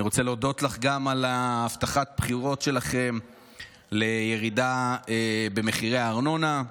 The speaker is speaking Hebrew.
אני רוצה להודות לך גם על הבטחת הבחירות שלכם לירידה במחירי הארנונה.